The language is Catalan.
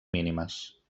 mínimes